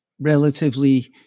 relatively